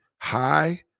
high